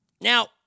Now